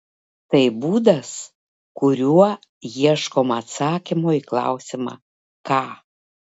tai būdas kuriuo ieškoma atsakymo į klausimą ką